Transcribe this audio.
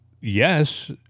yes